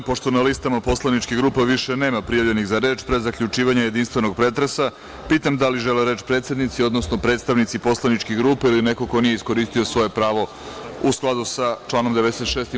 Pošto na listama poslaničkih grupa više nema prijavljenih za reč, pre zaključivanja jedinstvenog pretresa, pitam da li žele reč predsednici, odnosno predstavnici poslaničkih grupa ili neko ko nije iskoristio svoje pravo u skladu sa članom 96.